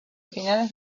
finales